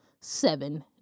seven